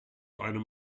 einem